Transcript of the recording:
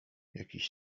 jakiś